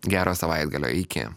gero savaitgalio iki